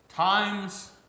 Times